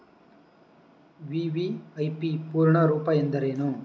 VVIP ಪೂರ್ಣ ರೂಪ ಎಂದರೇನು?